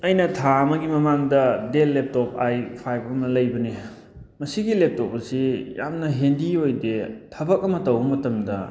ꯑꯩꯅ ꯊꯥ ꯑꯃꯒꯤ ꯃꯃꯥꯡꯗ ꯗꯦꯜ ꯂꯦꯞꯇꯣꯞ ꯑꯥꯏ ꯐꯥꯏꯚ ꯑꯃ ꯂꯩꯕꯅꯤ ꯃꯁꯤꯒꯤ ꯂꯦꯞꯇꯣꯞ ꯑꯁꯤ ꯌꯥꯝꯅ ꯍꯦꯟꯗꯤ ꯑꯣꯏꯗꯦ ꯊꯕꯛ ꯑꯃ ꯇꯧꯕ ꯃꯇꯝꯗ